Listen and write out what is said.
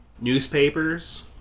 Newspapers